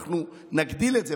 אנחנו נגדיל את זה.